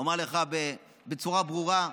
אומר לך בצורה ברורה,